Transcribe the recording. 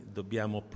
dobbiamo